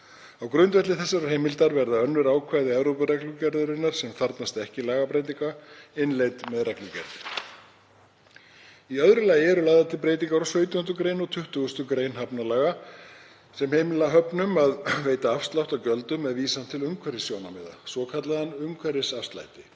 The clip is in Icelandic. Á grundvelli þessarar heimildar verða önnur ákvæði Evrópureglugerðarinnar sem þarfnast ekki lagabreytinga innleidd með reglugerð. Í öðru lagi eru lagðar til breytingar á 17. gr. og 20. gr. hafnalaga sem heimila höfnum að veita afslátt af gjöldum með vísan til umhverfissjónarmiða, svokallaða umhverfisafslætti.